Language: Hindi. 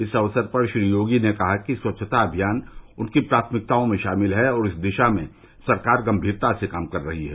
इस अवसर पर श्री योगी ने कहा कि स्वच्छता अभियान उनकी प्राथमिकताओं में शामिल है और इस दिशा में सरकार गंभीरता से काम कर रही है